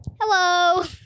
Hello